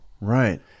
Right